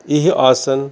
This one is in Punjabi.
ਇਹ ਆਸਣ